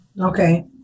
Okay